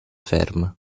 ferm